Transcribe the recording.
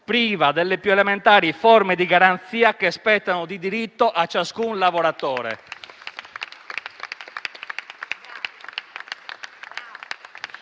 priva delle più elementari forme di garanzia che spettano di diritto a ciascun lavoratore.